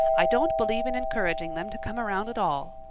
i don't believe in encouraging them to come around at all.